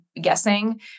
guessing